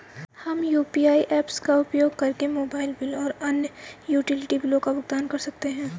हम UPI apps का उपयोग करके मोबाइल बिल और अन्य यूटिलिटी बिलों का भुगतान कर सकते हैं